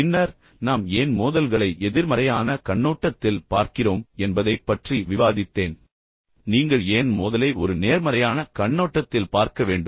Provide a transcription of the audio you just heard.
பின்னர் நாம் ஏன் மோதல்களை எதிர்மறையான கண்ணோட்டத்தில் பார்க்கிறோம் என்பதைப் பற்றி விவாதித்தேன் நீங்கள் ஏன் மோதலை ஒரு நேர்மறையான கண்ணோட்டத்தில் பார்க்க வேண்டும்